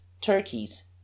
turkeys